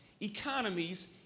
economies